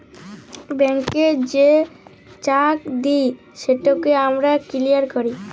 ব্যাংকে যে চ্যাক দেই সেটকে আবার কিলিয়ার ক্যরে